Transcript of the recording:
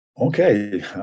Okay